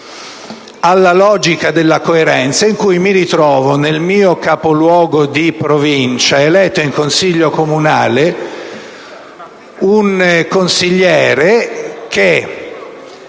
alla logica della coerenza), in cui mi ritrovo, nel mio capoluogo di provincia, eletto in Consiglio comunale un consigliere che,